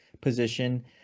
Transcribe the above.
position